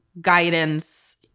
guidance